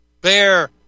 bear